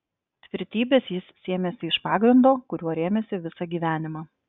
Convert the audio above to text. tvirtybės jis sėmėsi iš pagrindo kuriuo rėmėsi visą gyvenimą